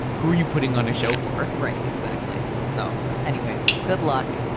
who are you putting on a show for, ray? exactly. so anyways, good luck.